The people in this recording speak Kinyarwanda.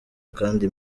kandi